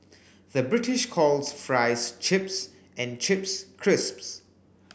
the British calls fries chips and chips crisps